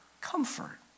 comfort